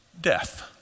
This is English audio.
death